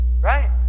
Right